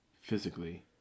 physically